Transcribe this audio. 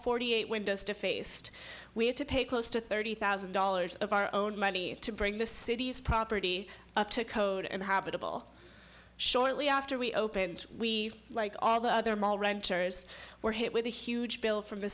eight windows defaced we had to pay close to thirty thousand dollars of our own money to bring the city's property up to code and habitable shortly after we opened we like all the other mall renters were hit with a huge bill from the